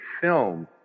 film